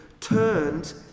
turned